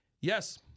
Yes